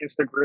Instagram